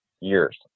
years